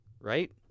right